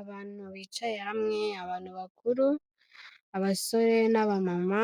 Abantu bicaye hamwe abantu bakuru, abasore n'abamama